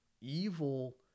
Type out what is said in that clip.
Evil